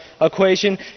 equation